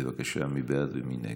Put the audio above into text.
בבקשה, מי בעד ומי נגד?